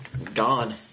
Gone